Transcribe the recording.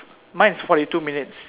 mine is forty two minutes